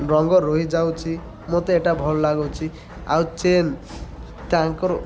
ରଙ୍ଗ ରହିଯାଉଛିି ମୋତେ ଏଇଟା ଭଲ ଲାଗୁଛି ଆଉ ଚେନ୍ ତାଙ୍କର